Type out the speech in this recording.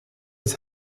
des